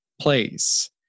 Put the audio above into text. place